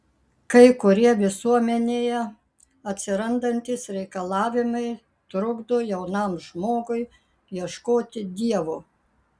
kai kurie visuomenėje atsirandantys reikalavimai trukdo jaunam žmogui ieškoti dievo